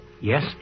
Yes